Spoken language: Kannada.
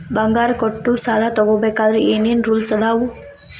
ಬಂಗಾರ ಕೊಟ್ಟ ಸಾಲ ತಗೋಬೇಕಾದ್ರೆ ಏನ್ ಏನ್ ರೂಲ್ಸ್ ಅದಾವು?